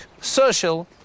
social